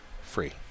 Free